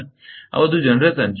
આ બધું જનરેશન છે